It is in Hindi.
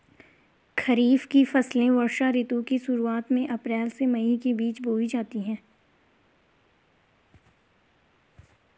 खरीफ की फसलें वर्षा ऋतु की शुरुआत में, अप्रैल से मई के बीच बोई जाती हैं